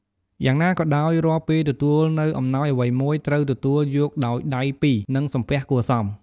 យ៉ាងណាក៏ដោយ រាល់ពេលទទួលនូវអំណោយអ្វីមួយ ត្រូវទទួលយកដោយដៃពីរ និងសំពះគួរសម។